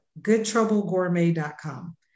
Goodtroublegourmet.com